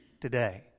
today